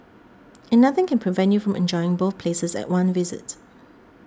and nothing can prevent you from enjoying both places at one visit